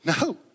no